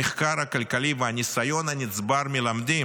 המחקר הכלכלי והניסיון הנצבר מלמדים